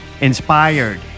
inspired